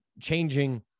changing